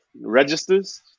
registers